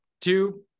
two